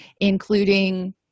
including